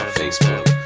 facebook